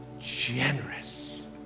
generous